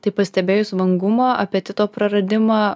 tai pastebėjus vangumą apetito praradimą